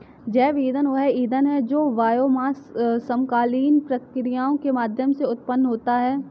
जैव ईंधन वह ईंधन है जो बायोमास से समकालीन प्रक्रियाओं के माध्यम से उत्पन्न होता है